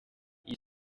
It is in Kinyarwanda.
iyi